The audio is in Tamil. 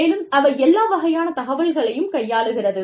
மேலும் அவை எல்லா வகையான தகவல்களையும் கையாளுகிறது